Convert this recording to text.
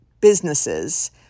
businesses